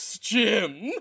Jim